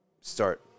start